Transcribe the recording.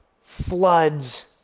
floods